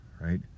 right